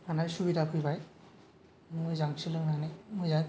थानाय सुबिदा फैबाय मोजां सोलोंनानै मोजां